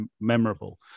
memorable